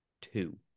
two